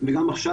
וגם עכשיו,